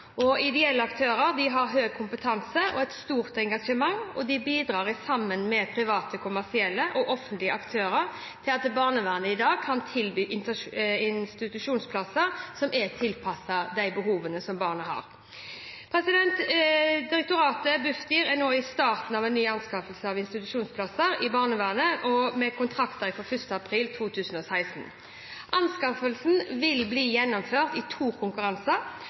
Ideelle aktører har høy kompetanse og et stort engasjement, og de bidrar sammen med private kommersielle og offentlige aktører til at barnevernet i dag kan tilby institusjonsplasser som er tilpasset de behovene barn har. Bufdir er nå i starten av nye anskaffelser av institusjonsplasser i barnevernet, med kontrakter fra 1. april 2016. Anskaffelsen vil bli gjennomført i to konkurranser,